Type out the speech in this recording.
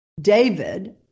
David